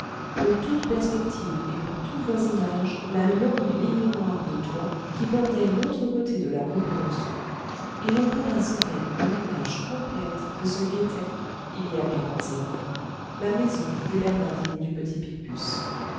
pour toute perspective et pour tout voisinage la longue ligne noire de toits qui bordait l'autre côté de la rue polonceau et l'on pourra se faire une image complète de ce qu'était il y a quarante-cinq ans la maison des bernardines du